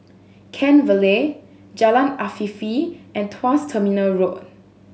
Kent Vale Jalan Afifi and Tuas Terminal Road